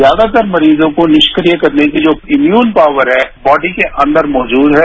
ज्यादातर मरीजों को निक्रिय करने की जो इम्यून पॉवर है बॉबी के अंदर मौजूद है